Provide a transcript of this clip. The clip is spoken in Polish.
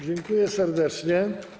Dziękuję serdecznie.